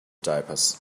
diapers